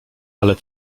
ale